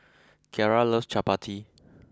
Kiarra loves Chapati